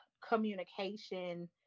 communication